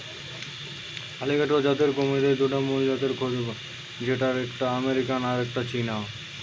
alligator জাতের কুমিরের দুটা মুল জাতের খোঁজ পায়া গ্যাছে যেটার একটা আমেরিকান আর একটা চীনা